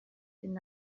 deny